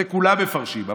זה כולם מפרשים,